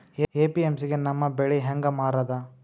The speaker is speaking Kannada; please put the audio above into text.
ಎ.ಪಿ.ಎಮ್.ಸಿ ಗೆ ನಮ್ಮ ಬೆಳಿ ಹೆಂಗ ಮಾರೊದ?